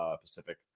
Pacific